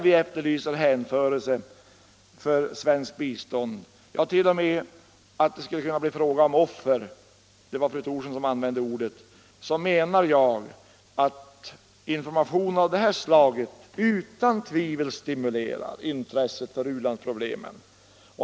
Vi efterlyser hänförelse för svenskt bistånd, ja t.o.m. att det skulle bli fråga om offer — det var fru Thorsson som använde det ordet. Information av det slag som här avses skulle då utan minsta tvivel kraftigt kunna bidra till att stimulera intresset för u-landsproblemen.